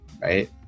Right